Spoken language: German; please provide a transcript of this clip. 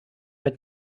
mit